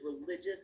religious